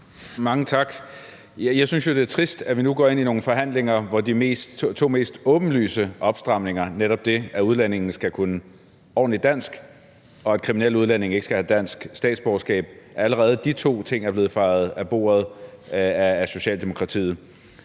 Mange tak. Jeg synes jo, det er trist, at vi nu går ind i nogle forhandlinger, hvor de to mest åbenlyse opstramninger – netop det, at udlændinge skal kunne ordentligt dansk, og at kriminelle udlændinge ikke skal have dansk statsborgerskab – allerede er blevet fejet af bordet af Socialdemokratiet.